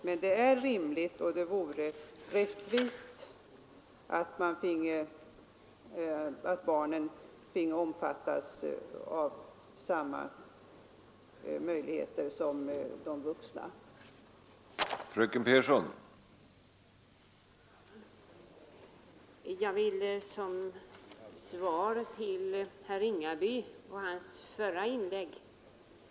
Men det är rimligt, och det vore också rättvist, att barnen kunde omfattas av samma möjligheter som de vuxna har.